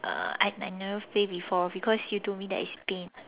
uh I I never play before because you told me that it's pain